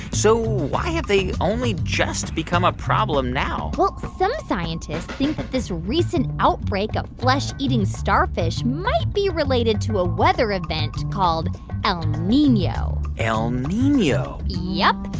so why have they only just become a problem now? well, some scientists think that this recent outbreak of flesh-eating starfish might be related to a weather event called el nino el nino yup.